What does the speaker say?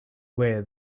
way